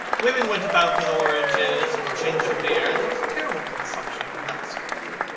women went about with oranges and ginger-beer, and there was a terrible consumption of nuts going on.